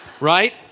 Right